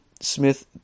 Smith